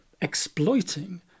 exploiting